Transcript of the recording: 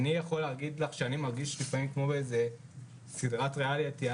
אני יכול להגיד לך שאני מרגיש לפעמים כמו בסדרת ריאליטי.